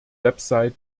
website